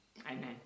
Amen